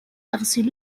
أغسل